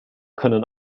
können